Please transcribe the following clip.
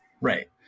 Right